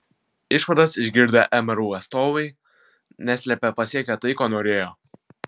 išvadas išgirdę mru atstovai neslėpė pasiekę tai ko norėjo